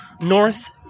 north